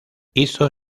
hizo